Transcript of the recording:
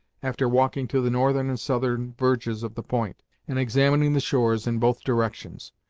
after walking to the northern and southern verges of the point, and examining the shores in both directions.